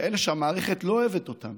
כאלה שהמערכת לא אוהבת אותם